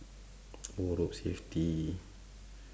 oh rope safety